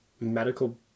medical